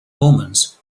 omens